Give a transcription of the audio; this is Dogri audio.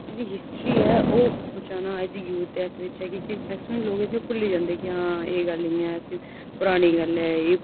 ते जेह्की हिस्ट्री ऐ उसगी बचाना अज्ज दे यूथ बिच ऐ क्योंकि लोग अजकल भुल्ली जंदे कि आं एह् गल्ल इ'यां परानी गल्ल ऐ एह्